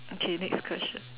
okay next question